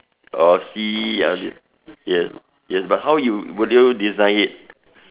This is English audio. orh sea all this yes yes but how you would you design it